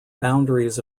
boundaries